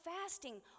fasting